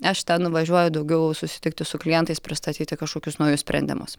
aš ten nuvažiuoju daugiau susitikti su klientais pristatyti kažkokius naujus sprendimus